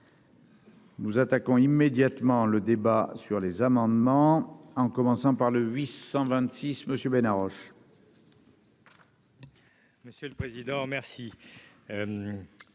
Nous attaquons immédiatement le débat sur les amendements, en commençant par le 826 monsieur Bena Roche.